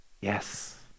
Yes